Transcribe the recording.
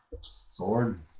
Sword